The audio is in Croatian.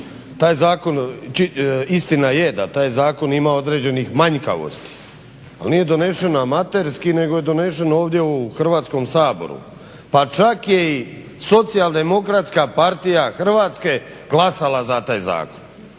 Taj zakon, istina je da taj zakon ima određenih manjkavosti, ali nije donesen amaterski nego je doneseno ovdje u Hrvatskom saboru. Pa čak je i SDP-a glasala za taj zakon.